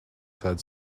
said